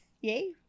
Yay